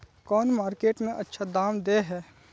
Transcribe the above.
कौन मार्केट में अच्छा दाम दे है?